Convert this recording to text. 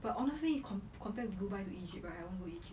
but honestly com~ compare dubai to egypt I want go egypt